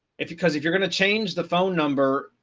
if because if you're going to change the phone number,